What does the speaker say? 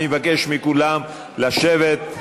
אני מבקש מכולם לשבת,